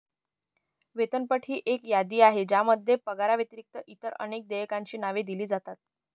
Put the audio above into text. वेतनपट ही एक यादी आहे ज्यामध्ये पगाराव्यतिरिक्त इतर अनेक देयकांची नावे दिली जातात